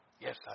yes